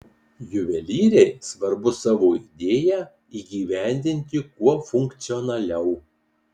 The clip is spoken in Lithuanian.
juvelyrei svarbu savo idėją įgyvendinti kuo funkcionaliau